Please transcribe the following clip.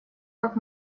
как